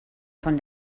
von